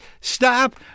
stop